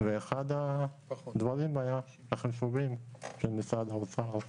ואחד הדברים היה החישובים של משרד האוצר,